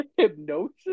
hypnosis